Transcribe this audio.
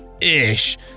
ish